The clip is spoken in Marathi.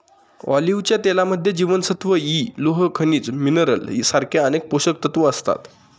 ऑलिव्हच्या तेलामध्ये जीवनसत्व इ, लोह, खनिज मिनरल सारखे अनेक पोषकतत्व असतात